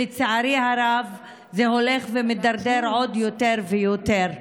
לצערי הרב זה הולך ומידרדר עוד, יותר ויותר.